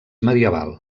medieval